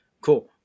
Cool